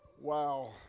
Wow